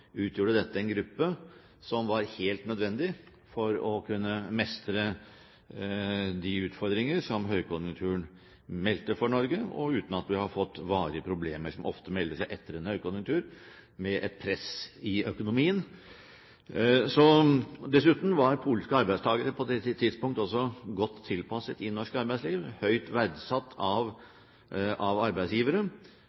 utgjorde dette en gruppe som var helt nødvendig for å kunne mestre de utfordringer som høykonjunkturen medførte for Norge, og uten at vi har fått varige problemer – som ofte melder seg etter en høykonjunktur – med et press i økonomien. Dessuten var polske arbeidstakere på det tidspunktet også godt tilpasset i norsk arbeidsliv. De var høyt verdsatt av